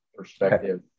perspective